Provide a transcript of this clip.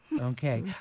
Okay